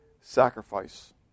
sacrifice